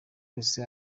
wese